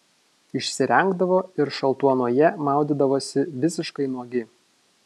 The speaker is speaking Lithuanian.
išsirengdavo ir šaltuonoje maudydavosi visiškai nuogi